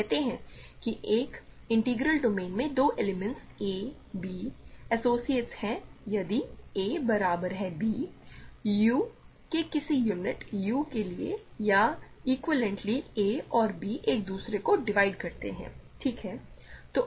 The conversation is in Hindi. हम कहते हैं कि एक इंटीग्रल डोमेन में दो एलिमेंट्स a b एसोसिएट्स हैं यदि a बराबर है b u के किसी यूनिट u के लिए या इक्विवेलेंटली a और b एक दूसरे को डिवाइड करते हैं ठीक है